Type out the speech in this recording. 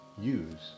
use